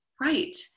right